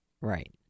Right